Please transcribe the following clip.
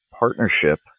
partnership